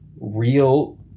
real